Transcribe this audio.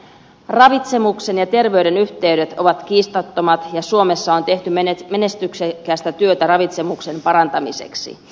ravitsemuksen ja terveyden yhteydet ovat kiistattomat ja suomessa on tehty menestyksekästä työtä ravitsemuksen parantamiseksi